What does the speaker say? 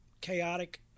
chaotic